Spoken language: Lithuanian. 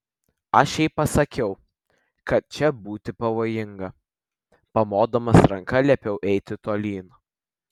aš jai pasakiau kad čia būti pavojinga pamodamas ranka liepiau eiti tolyn